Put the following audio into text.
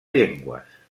llengües